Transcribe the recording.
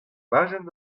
bajenn